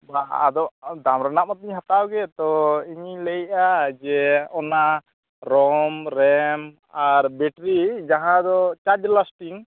ᱟᱫᱚ ᱫᱟᱢ ᱨᱮᱱᱟᱜ ᱢᱟᱛᱚᱹᱧ ᱦᱟᱛᱟᱣ ᱜᱮ ᱛᱚ ᱤᱧᱤᱧ ᱞᱟᱹᱭᱮᱜᱼᱟ ᱡᱮ ᱚᱱᱟ ᱨᱳᱢ ᱨᱮᱢ ᱟᱨ ᱵᱮᱴᱨᱤ ᱡᱟᱦᱟᱸ ᱫᱚ ᱪᱟᱨᱡᱽ ᱞᱟᱥᱴᱤᱝ